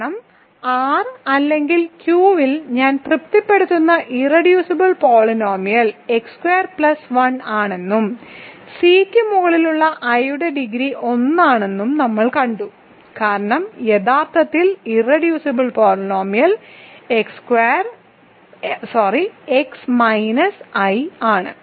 കാരണം R അല്ലെങ്കിൽ Q യിൽ ഞാൻ തൃപ്തിപ്പെടുത്തുന്ന irreducible polynomial x squared plus 1 ആണെന്നും C ക്ക് മുകളിലുള്ള i യുടെ ഡിഗ്രി 1 ആണെന്നും നമ്മൾ കണ്ടു കാരണം യഥാർത്ഥത്തിൽ irreducible polynomial x minus i ആണ്